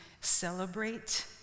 celebrate